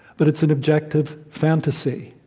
but it's an objective fantasy,